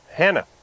Hannah